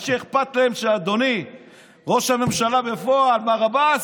מה שאכפת להם הוא שאדוני ראש הממשלה בפועל מר עבאס,